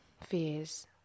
fears